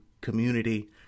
community